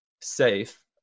safe